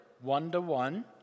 one-to-one